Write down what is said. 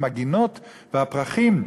עם הגינות והפרחים,